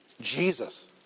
Jesus